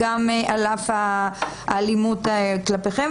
על אף האלימות כלפיכם,